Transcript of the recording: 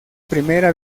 primera